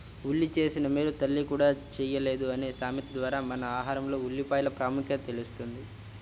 ఉల్లి చేసిన మేలు తల్లి కూడా చేయలేదు అనే సామెత ద్వారా మన ఆహారంలో ఉల్లిపాయల ప్రాముఖ్యత తెలుస్తుంది